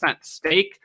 stake